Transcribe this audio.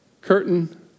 Curtain